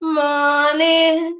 morning